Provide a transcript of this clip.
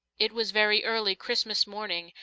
it was very early christmas morning,